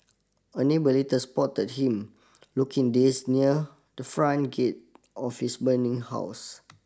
a neighbour later spotted him looking dazed near the front gate of his burning house